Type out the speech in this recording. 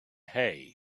hay